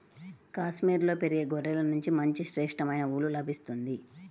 కాశ్మీరులో పెరిగే గొర్రెల నుంచి మంచి శ్రేష్టమైన ఊలు లభిస్తుంది